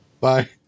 bye